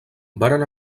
varen